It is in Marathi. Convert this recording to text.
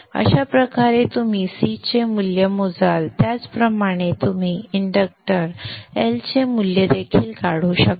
अशा प्रकारे तुम्ही C चे मूल्य मोजाल त्याचप्रमाणे तुम्ही इंडक्टर L चे मूल्य देखील काढू शकता